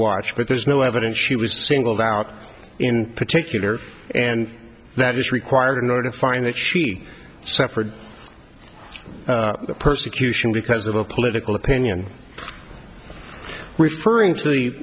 watch but there's no evidence she was singled out in particular and that is required in order to find that she suffered persecution because of a political opinion referring to